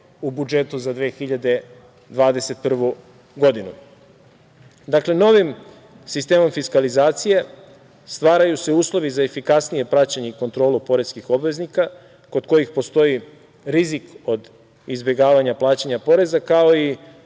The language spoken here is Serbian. u budžetu za 2021. godinu. Dakle, novim sistemom fiskalizacije stvaraju se uslovi za efikasnije praćenje i kontrolu poreskih obveznika kod kojih postoji rizik od izbegavanja plaćanja poreza, kao i